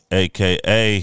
aka